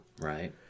Right